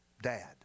Dad